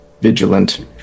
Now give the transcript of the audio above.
Vigilant